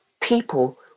people